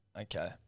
Okay